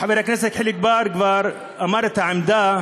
חבר הכנסת חיליק בר כבר אמר את העמדה